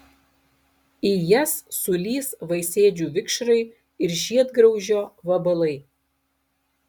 į jas sulįs vaisėdžių vikšrai ir žiedgraužio vabalai